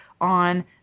on